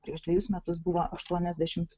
prieš dvejus metus buvo aštuoniasdešimt